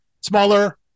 smaller